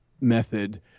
method